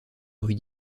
rude